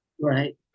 Right